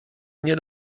mnie